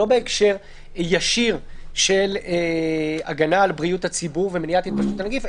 לא בהקשר ישיר של הגנה על בריאות הציבור ומניעת התפשטות הנגיף,